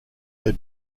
had